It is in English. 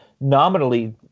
nominally